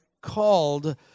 called